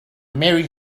mary